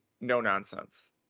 no-nonsense